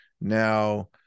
now